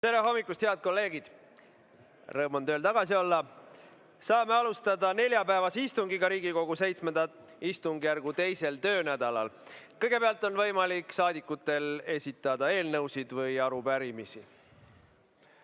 Tere hommikust, head kolleegid! Rõõm on tööl tagasi olla. Saame alustada neljapäevast istungit Riigikogu VII istungjärgu 2. töönädalal. Kõigepealt on saadikutel võimalik esitada eelnõusid või arupärimisi.